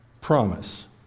promise